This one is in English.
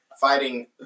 fighting